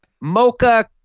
mocha